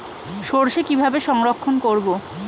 সরষে কিভাবে সংরক্ষণ করব?